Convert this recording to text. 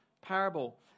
parable